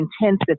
intensive